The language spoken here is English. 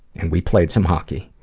and we played some hockey.